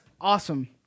Awesome